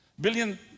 Billion